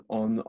on